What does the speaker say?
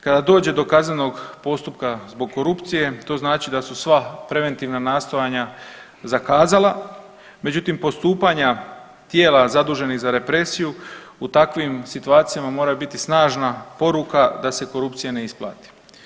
Kada dođe do kaznenog postupka zbog korupcije, to znači da su sva preventivna nastojanja zakazala, međutim, postupanja tijela zaduženih za represiju u takvim situacijama mora biti snažna poruka da se korupcija ne isplati.